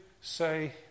say